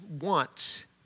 want